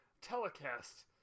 telecast